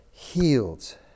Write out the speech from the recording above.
healed